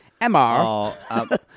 Mr